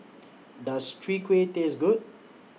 Does Chwee Kueh Taste Good